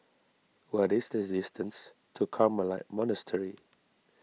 what is the distance to Carmelite Monastery